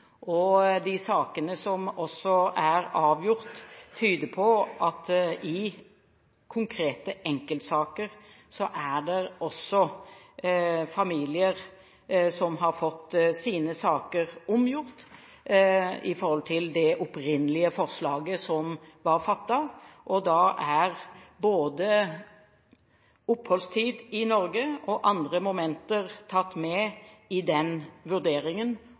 og de sakene som er avgjort, tyder på at det i konkrete enkeltsaker også er familier som har fått sine saker omgjort i forhold til det opprinnelige vedtaket som ble fattet. Da er både oppholdstid i Norge og andre momenter tatt med i den vurderingen.